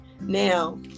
Now